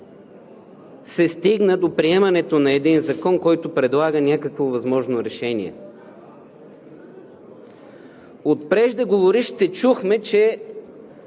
се стигна до приемането на един закон, който предлага някакво възможно решение. От преждеговорившите чухме, че